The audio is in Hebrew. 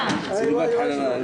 הכבוד למי שהביא אותך לביטוח הלאומי.